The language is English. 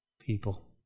people